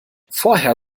vorher